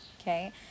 okay